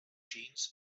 jeans